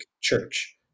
church